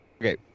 Okay